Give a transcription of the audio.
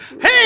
Hey